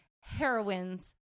heroines